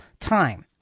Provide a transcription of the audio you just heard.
time